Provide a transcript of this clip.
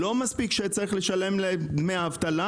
לטעמי, לא מספיק שצריך לשלם להם דמי אבטלה,